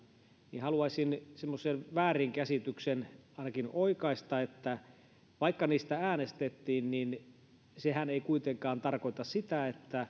niin haluaisin semmoisen väärinkäsityksen ainakin oikaista että vaikka niistä äänestettiin niin sehän ei kuitenkaan tarkoita sitä että